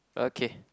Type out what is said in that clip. okay